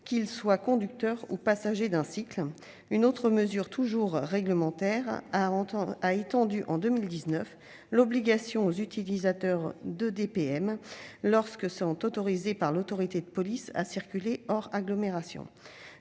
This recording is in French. qu'ils soient conducteurs ou passagers d'un cycle ; une autre mesure, toujours d'ordre réglementaire, a étendu l'obligation, en 2019, aux utilisateurs d'EDPM lorsqu'ils sont autorisés par l'autorité de police à circuler hors agglomération.